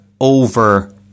over